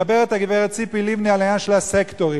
מדברת הגברת ציפי לבני על העניין של הסקטורים.